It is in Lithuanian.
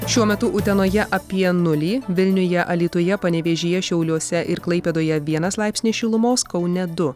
šiuo metu utenoje apie nulį vilniuje alytuje panevėžyje šiauliuose ir klaipėdoje vienas laipsnis šilumos kaune du